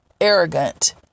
arrogant